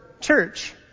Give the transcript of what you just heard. church